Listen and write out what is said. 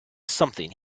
something